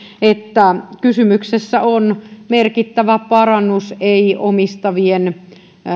että kysymyksessä on merkittävä parannus ei omistavien